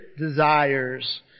desires